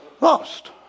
lost